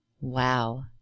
Wow